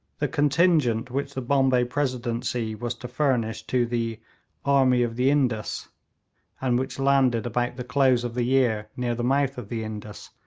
the contingent which the bombay presidency was to furnish to the army of the indus and which landed about the close of the year near the mouth of the indus,